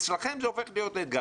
אצלכם זה הופך להיות אתגר.